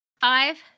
Five